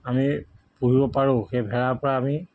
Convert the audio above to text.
আমি পুহিব পাৰো সেই ভেড়াৰ পৰা আমি